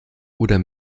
oder